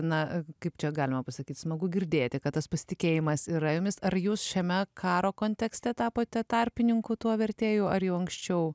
na kaip čia galima pasakyt smagu girdėti kad tas pasitikėjimas yra jumis ar jūs šiame karo kontekste tapote tarpininku tuo vertėju ar jau anksčiau